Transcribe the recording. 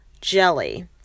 jelly